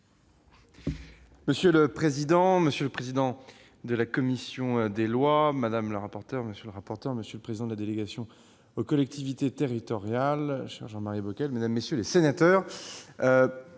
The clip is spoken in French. Monsieur le président, monsieur le président de la commission des lois, madame la rapporteure, monsieur le rapporteur, monsieur le président de la délégation aux collectivités territoriales- cher Jean-Marie Bockel -, mesdames, messieurs les sénateurs,